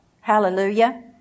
Hallelujah